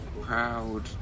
proud